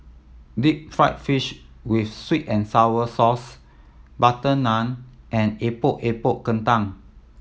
deep fried fish with sweet and sour sauce butter naan and Epok Epok Kentang